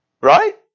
Right